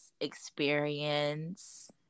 experience